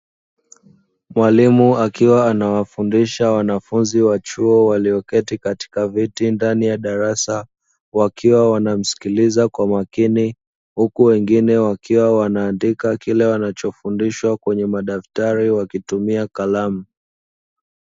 Mwalimu akiwa anawafundisha wanafunzi wa chuo walioketi katika viti ndani ya darasa, wakiwa wanamsikiliza kwa makini, huku wengine wakiwa wanaandika kile wanachofundishwa kwenye madaftari wakitumia kalamu.